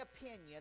opinion